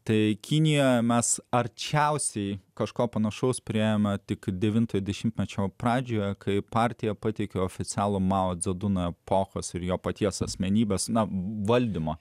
tai kinija mes arčiausiai kažko panašaus priėjimą tik devintojo dešimtmečio pradžioje kai partija pateikė oficialų mao dze duno epochos ir jo paties asmenybės namų valdymo